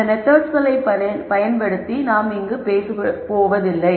அந்த மெத்தெட்ஸ்களைப் பற்றி நாம் இங்கு பேசப்போவதில்லை